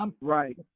Right